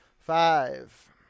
Five